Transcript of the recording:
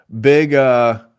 Big